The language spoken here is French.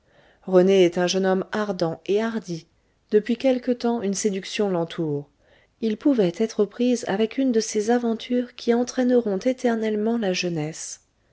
rené est un jeune homme ardent et hardi depuis quelque temps une séduction l'entoure il pouvait être aux prises avec une de ces aventures qui entraîneront éternellement la jeunesse